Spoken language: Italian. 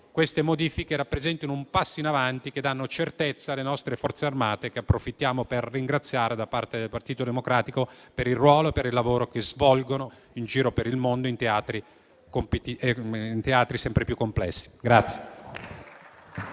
queste modifiche rappresentino un passo in avanti che dà certezza alle nostre Forze armate, che approfittiamo per ringraziare da parte del Partito Democratico per il ruolo e il lavoro che svolgono in giro per il mondo in teatri sempre più complessi.